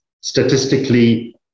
statistically